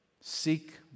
Seek